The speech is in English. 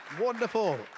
Wonderful